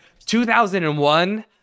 2001